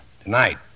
Tonight